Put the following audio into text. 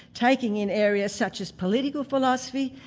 taking in areas such as political philosophy,